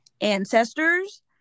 ancestors